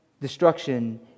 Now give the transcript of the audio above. destruction